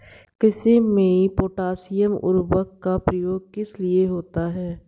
कृषि में पोटैशियम उर्वरक का प्रयोग किस लिए होता है?